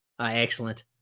Excellent